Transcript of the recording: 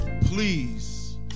please